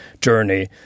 journey